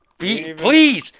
Please